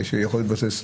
יכול להתבסס?